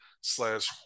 slash –